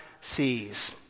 sees